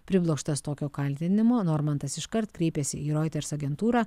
priblokštas tokio kaltinimo normantas iškart kreipėsi į reuters agentūrą